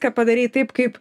ką padarei taip kaip